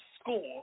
score